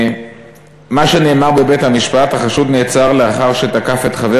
מה שנאמר בבית-המשפט: החשוד נעצר לאחר שתקף את חבר